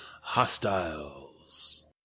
hostiles